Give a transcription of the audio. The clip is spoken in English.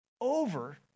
over